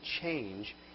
change